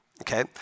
okay